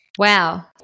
Wow